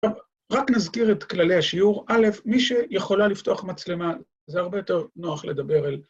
טוב, רק נזכיר את כללי השיעור. א', מי שיכולה לפתוח מצלמה, זה הרבה יותר נוח לדבר על...